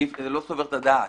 זה לא סובל את הדעת.